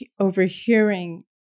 overhearing